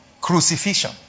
Crucifixion